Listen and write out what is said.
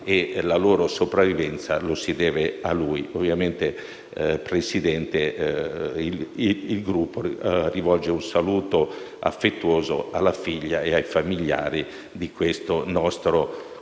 la loro sopravvivenza si deve a lui. Signor Presidente, il Gruppo rivolge un saluto affettuoso alla figlia e ai familiari di questo nostro collega